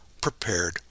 prepared